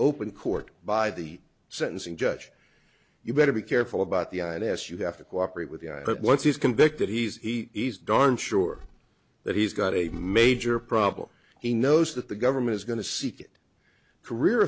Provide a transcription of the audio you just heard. open court by the sentencing judge you better be careful about the ins you have to cooperate with what he's convicted he is darn sure that he's got a major problem he knows that the government is going to seek it career